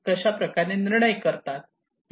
कशा प्रकारे वर्णन करतात